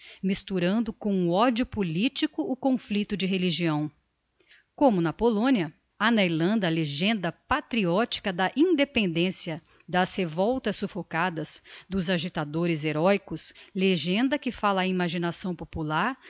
misturando com o odio politico o conflicto de religião como na polonia ha na irlanda a legenda patriotica da independencia das revoltas suffocadas dos agitadores heroicos legenda que falla á imaginação popular